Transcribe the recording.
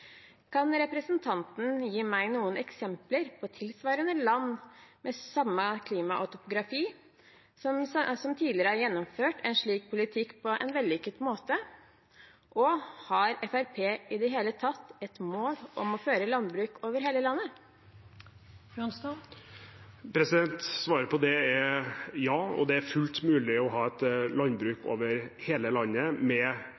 Kan representanten gi meg noen eksempler på tilsvarende land, med samme klima og topografi, som tidligere har gjennomført en slik politikk på en vellykket måte? Og har Fremskrittspartiet i det hele tatt som mål å drive landbruk over hele landet? Svaret på det er ja, det er fullt mulig å ha et landbruk over hele landet med